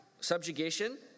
Subjugation